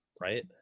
Right